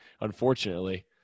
unfortunately